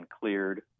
cleared